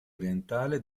orientale